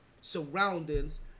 surroundings